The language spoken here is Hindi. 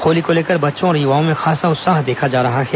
होली को लेकर बच्चों और युवाओं में खासा उत्साह देखा जा रहा है